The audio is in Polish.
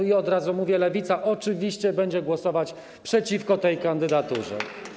I od razu mówię: Lewica oczywiście będzie głosować przeciwko tej kandydaturze.